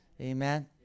Amen